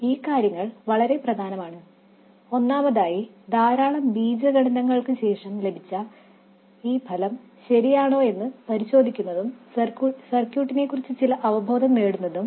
ഈ കാര്യങ്ങൾ വളരെ പ്രധാനമാണ് ഒന്നാമതായി ധാരാളം ബീജഗണിതങ്ങൾക്ക് ശേഷം നിങ്ങൾക്ക് ലഭിച്ച ഫലം ശരിയാണോയെന്ന് പരിശോധിക്കുന്നതും സർക്യൂട്ടിനെക്കുറിച്ച് ചില അവബോധം നേടുന്നതും